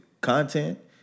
content